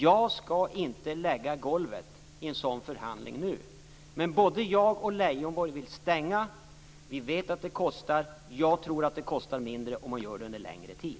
Jag skall inte lägga golvet i en sådan förhandling nu. Både jag och Leijonborg vill stänga, vi vet att det kostar och jag tror att det kostar mindre om man gör det under en längre tid.